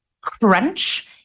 crunch